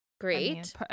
Great